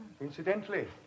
Incidentally